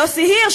יוסי הירש,